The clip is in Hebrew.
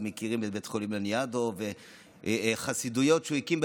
מכירים את בית החולים לניאדו וחסידויות שהוא הקים,